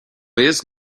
jest